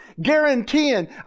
guaranteeing